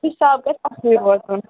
حِساب گَژھِ اَصلٕے روزُن